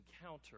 encounter